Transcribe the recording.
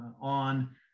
on